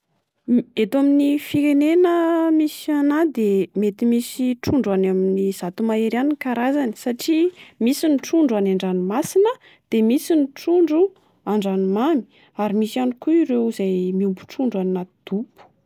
Eto amin'ny firenena misy anah de mety misy trondro any amin'ny zato mahery any ny karazany. Satria misy ny trondro any andranomasina, de misy ny trondro andranomamy ary misy ihany koa ireo izay miompy trondro anaty dobo.